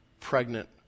pregnant